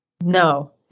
No